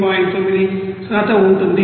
9 ఉంటుంది